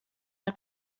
mal